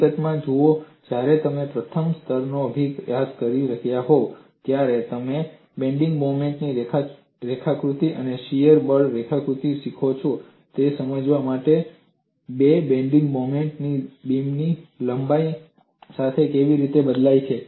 હકીકતમાં જુઓ જ્યારે તમે પ્રથમ સ્તરનો અભ્યાસક્રમ શીખી રહ્યા હોવ ત્યારે તમે બેન્ડિંગ મોમેન્ટ રેખાકૃતિ અને શીયર બળ રેખાકૃતિ શીખો છો તે સમજવા માટે કે બેન્ડિંગ મોમેન્ટ બીમની લંબાઈ સાથે કેવી રીતે બદલાય છે